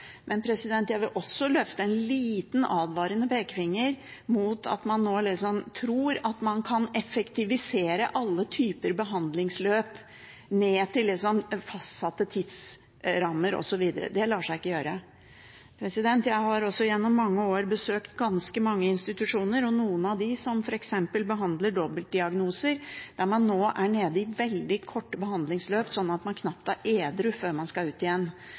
Men jeg vil også løfte en liten advarende pekefinger mot å tro at man kan effektivisere alle typer behandlingsløp ned til fastsatte tidsrammer osv. Det lar seg ikke gjøre. Jeg har også gjennom mange år besøkt ganske mange institusjoner, og noen av dem behandler f.eks. dobbeltdiagnoser, der man nå er nede i veldig korte behandlingsløp, slik at man knapt er edru før man skal ut igjen.